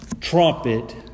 trumpet